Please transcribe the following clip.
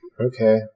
Okay